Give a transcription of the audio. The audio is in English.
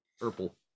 Purple